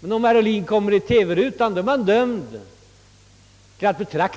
Men om herr Ohlin eller herr Carlshamre kommer i TV-rutan, är man dömd att se på. Det är inte så lätt